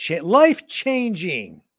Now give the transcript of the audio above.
life-changing